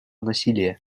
насилия